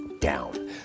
down